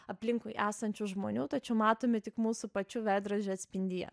aplinkui esančių žmonių tačiau matomi tik mūsų pačių veidrodžio atspindyje